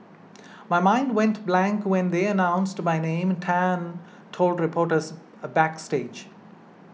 my mind went blank when they announced my name Tan told reporters a backstage